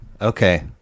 Okay